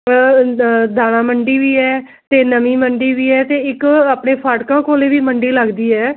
ਦਾਣਾ ਮੰਡੀ ਵੀ ਹੈ ਅਤੇ ਨਵੀਂ ਮੰਡੀ ਵੀ ਹੈ ਅਤੇ ਇੱਕ ਆਪਣੇ ਫਾਟਕਾਂ ਕੋਲ ਵੀ ਮੰਡੀ ਲੱਗਦੀ ਹੈ